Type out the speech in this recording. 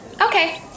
Okay